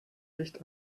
licht